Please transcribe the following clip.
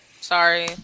Sorry